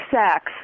sex